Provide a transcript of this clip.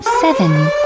seven